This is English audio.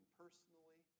personally